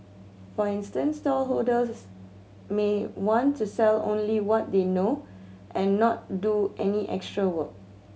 for instance stallholders may want to sell only what they know and not do any extra work